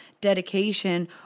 dedication